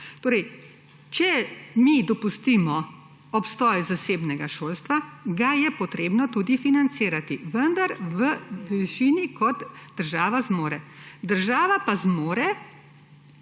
Torej, če mi dopustimo obstoj zasebnega šolstva, ga je treba tudi financirati, vendar v višini, kot država zmore. Država pa zmore,